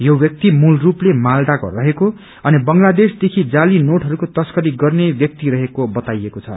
यो व्यक्ति मूल रूपले मादलाको रहेको अनि बंगलदेशदेखि जाली नोटहरूको तस्करी गर्ने व्यक्ति रहेको बताइएको छ